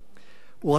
הוא רק מעצים אותה.